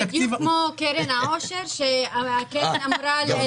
זה בדיוק כמו קרן העושר שהקרן אמרה ל